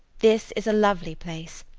this is a lovely place.